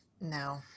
no